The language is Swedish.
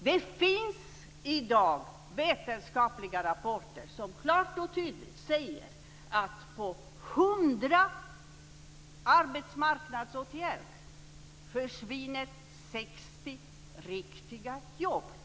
Det finns i dag vetenskapliga rapporter som klart och tydligt säger att på hundra arbetsmarknadsåtgärder försvinner sextio riktiga jobb.